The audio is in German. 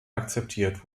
akzeptiert